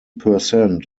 percent